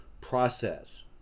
process